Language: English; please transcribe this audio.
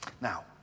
Now